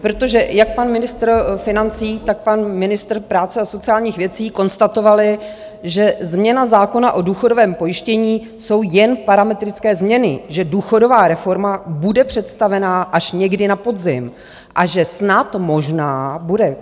Protože jak pan ministr financí, tak pan ministr práce a sociálních věcí konstatovali, že změna zákona o důchodovém pojištění jsou jen parametrické změny, že důchodová reforma bude představená až někdy na podzim a že snad, možná bude